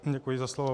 Děkuji za slovo.